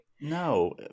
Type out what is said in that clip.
No